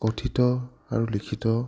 কথিত আৰু লিখিত